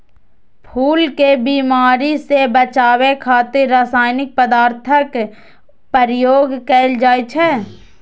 फूल कें बीमारी सं बचाबै खातिर रासायनिक पदार्थक प्रयोग कैल जाइ छै